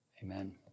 Amen